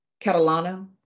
Catalano